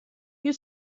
you